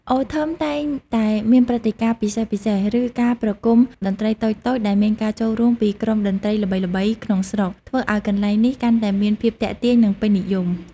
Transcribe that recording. អូ ថឹម តែងតែមានព្រឹត្តិការណ៍ពិសេសៗ ឬការប្រគំតន្ត្រីតូចៗ ដែលមានការចូលរួមពីក្រុមតន្ត្រីល្បីៗក្នុងស្រុក ធ្វើឱ្យកន្លែងនេះកាន់តែមានភាពទាក់ទាញ និងពេញនិយម។